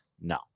no